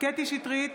קטי קטרין שטרית,